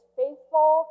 faithful